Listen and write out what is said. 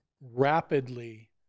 rapidly